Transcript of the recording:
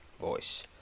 voice